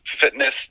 fitness